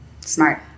Smart